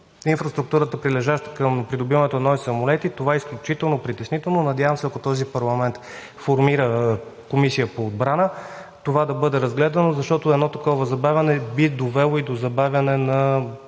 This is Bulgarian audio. инфраструктурата, прилежаща към придобиването на нови самолети, това е изключително притеснително. Надявам се, ако този парламент формира Комисия по отбрана, това да бъде разгледано, защото едно такова забавяне би довело и до забавяне на